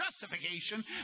justification